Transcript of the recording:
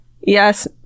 yes